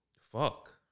Fuck